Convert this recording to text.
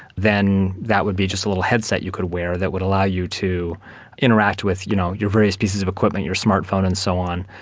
then that would be just a little headset you could wear that would allow you to interact with you know your various pieces of equipment, your smart phone and so on,